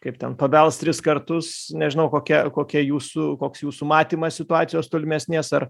kaip ten pabels tris kartus nežinau kokia kokia jūsų koks jūsų matymas situacijos tolimesnės ar